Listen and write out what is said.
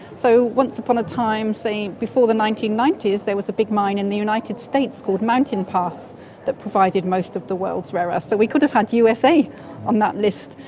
so once upon a time, say, before the nineteen ninety s there was a big mine in the united states called mountain pass that provided most of the world's rare earths, ah so we could have have usa on that list.